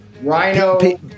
rhino